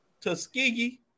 Tuskegee